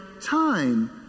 time